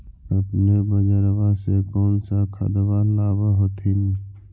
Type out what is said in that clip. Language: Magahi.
अपने बजरबा से कौन सा खदबा लाब होत्थिन?